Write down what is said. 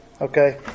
Okay